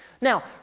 Now